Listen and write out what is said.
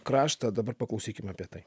kraštą dabar paklausykime apie tai